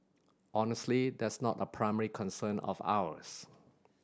honestly that's not a primary concern of ours